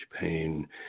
pain